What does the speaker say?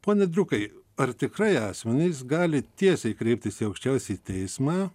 pone driukai ar tikrai asmenys gali tiesiai kreiptis į aukščiausiąjį teismą